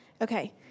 Okay